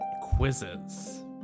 quizzes